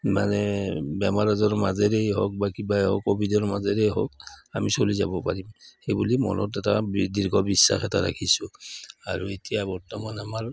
মানে বেমাৰ আজাৰৰ মাজেৰেই হওক বা কিবা হওক ক'ভিডৰ মাজেৰে হওক আমি চলি যাব পাৰিম সেইবুলি মনত এটা দীৰ্ঘ বিশ্বাস এটা ৰাখিছোঁ আৰু এতিয়া বৰ্তমান আমাৰ